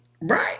Right